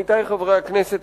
עמיתי חברי הכנסת,